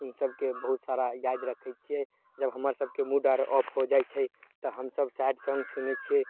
ईसबके बहुत सारा याद रखै छियै जब हम्मर सबके मुड आर ऑफ हो जाइ छै तऽ हम सब सैड सॉंग सुनय छिअय